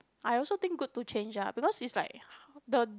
I also think good to change ah because it's like the